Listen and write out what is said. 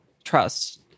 Trust